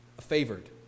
favored